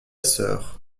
sœur